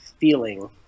feeling